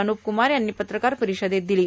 अनुप कुमार यांनी पत्रकार परिषदेत दिली